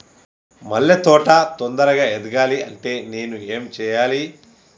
మల్లె తోట తొందరగా ఎదగాలి అంటే నేను ఏం చేయాలి?